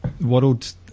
World